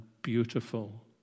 beautiful